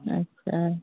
अच्छा